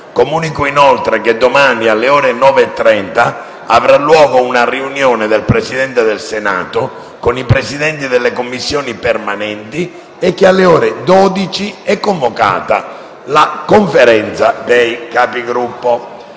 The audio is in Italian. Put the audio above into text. Comunico inoltre che domani, alle ore 9,30, avrà luogo una riunione del Presidente del Senato con i Presidenti delle Commissioni permanenti e che alle ore 12 è convocata la Conferenza dei Capigruppo.